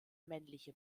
männliche